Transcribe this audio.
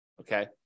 Okay